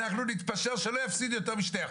אנחנו נתפשר שלא יפסידו יותר מ2%.